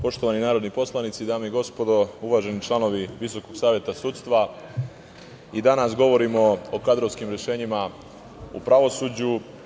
Poštovani narodni psolanici, dame i gospodo uvaženi članovi Visokog saveta sudstva, i danas govorimo o kadrovskim rešenjima u pravosuđu.